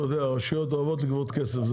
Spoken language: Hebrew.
אתה יודע, הרשויות אוהבות לגבות כסף.